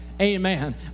amen